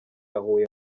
huye